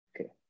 Okay